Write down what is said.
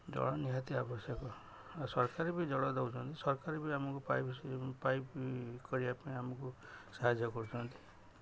ଜଳ ନିହାତି ଆବଶ୍ୟକ ଆଉ ସରକାର ବି ଜଳ ଦଉଛନ୍ତି ସରକାର ବି ଆମକୁ ପାଇପ୍ କରିବା ପାଇଁ ଆମକୁ ସାହାଯ୍ୟ କରୁଛନ୍ତି